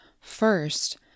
first